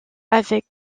avec